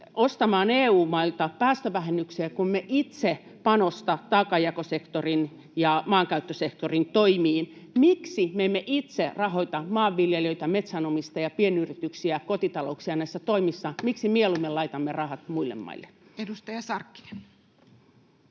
ostamaan EU-mailta päästövähennyksiä, kun me itse emme panosta taakanjakosektorin ja maankäyttösektorin toimiin. Miksi me emme itse rahoita maanviljelijöitä, metsänomistajia, pienyrityksiä ja kotitalouksia näissä toimissa? Miksi mieluummin laitamme rahat muille maille? [Speech